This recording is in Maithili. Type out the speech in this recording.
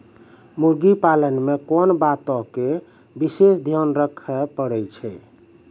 मुर्गी पालन मे कोंन बातो के विशेष ध्यान रखे पड़ै छै?